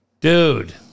Dude